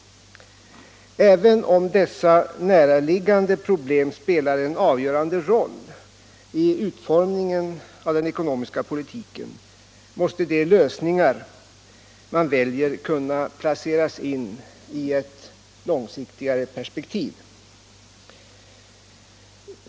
Även om dessa näraliggande problem spelar en avgörande roll i utformningen av den ekonomiska politiken måste de lösningar man väljer kunna placeras in i ett långsiktigare perspektiv.